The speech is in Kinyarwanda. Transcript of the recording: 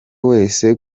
wese